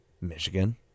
Michigan